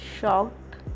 shocked